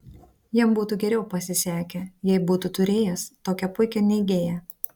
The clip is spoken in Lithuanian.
jam būtų geriau pasisekę jei būtų turėjęs tokią puikią neigėją